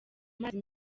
mazi